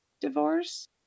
divorce